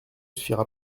suffira